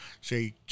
say